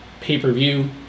pay-per-view